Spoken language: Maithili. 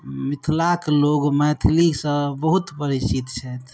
मिथिलाक लोग मैथिलीसँ बहुत परिचित छथि